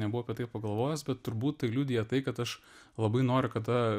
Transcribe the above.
nebuvau apie tai pagalvojęs bet turbūt tai liudija tai kad aš labai nori kad ta